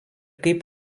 kaip